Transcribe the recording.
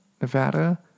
Nevada